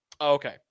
Okay